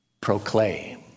proclaim